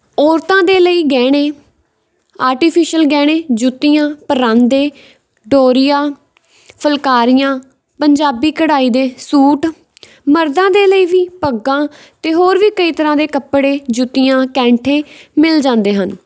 ਔਰਤਾਂ ਦੇ ਲਈ ਗਹਿਣੇ ਆਰਟੀਫਿਸ਼ਅਲ ਗਹਿਣੇ ਜੁੱਤੀਆਂ ਪਰਾਂਦੇ ਡੋਰੀਆਂ ਫੁਲਕਾਰੀਆਂ ਪੰਜਾਬੀ ਕਢਾਈ ਦੇ ਸੂਟ ਮਰਦਾਂ ਦੇ ਲਈ ਵੀ ਪੱਗਾਂ ਅਤੇ ਹੋਰ ਵੀ ਕਈ ਤਰ੍ਹਾਂ ਦੇ ਕੱਪੜੇ ਜੁੱਤੀਆਂ ਕੈਂਠੇ ਮਿਲ ਜਾਂਦੇ ਹਨ